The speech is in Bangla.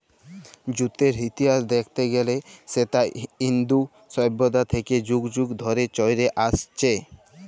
জুটের ইতিহাস দ্যাইখতে গ্যালে সেট ইন্দু সইভ্যতা থ্যাইকে যুগ যুগ ধইরে চইলে আইসছে